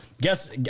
guess